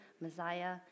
Messiah